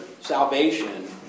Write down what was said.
salvation